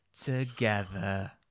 together